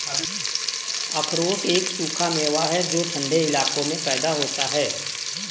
अखरोट एक सूखा मेवा है जो ठन्डे इलाकों में पैदा होता है